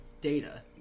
data